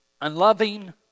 Unloving